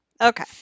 Okay